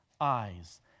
eyes